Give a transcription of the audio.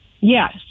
Yes